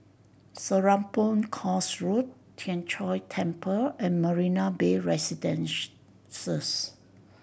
Serapong Course Road Tien Chor Temple and Marina Bay Residences